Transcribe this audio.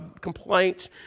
complaints